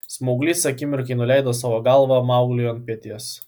smauglys akimirkai nuleido savo galvą maugliui ant peties